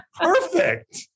perfect